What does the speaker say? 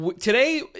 Today